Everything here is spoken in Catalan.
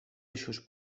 eixos